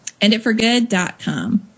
Enditforgood.com